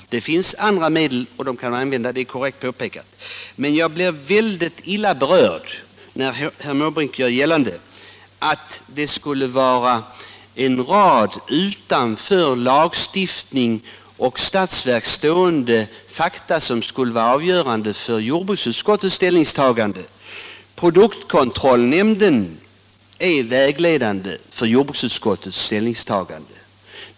Det finns andra medel som kan användas. Men jag blir väldigt illa berörd när herr Måbrink gör gällande att en rad utanför lagskrivning och statsverk stående faktorer skulle vara avgörande för jordbruksutskottets ställningstagande. Produktkontrollnämnden är vägledande för jordbruksutskottets ställningstagande.